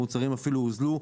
המוצרים אפילו הוזלו,